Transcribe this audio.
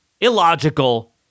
illogical